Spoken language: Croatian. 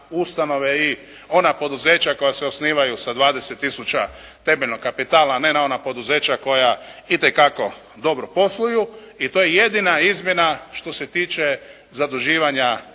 i ona poduzeća koja se osnivaju sa 20 tisuća temeljnog kapitala, a ne na ona poduzeća koja, itekako dobro posluju i to je jedina izmjena što se tiče zaduživanja